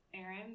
Aaron